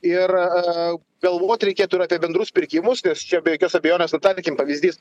ir galvot reikėtų ir apie bendrus pirkimus nes čia be jokios abejonės nu tarkim pavyzdys